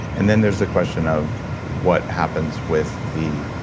and then there's the question of what happens with the